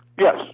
Yes